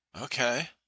Okay